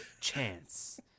Chance